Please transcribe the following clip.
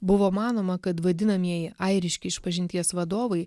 buvo manoma kad vadinamieji airiški išpažinties vadovai